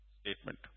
statement